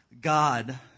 God